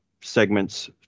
segments